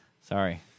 Sorry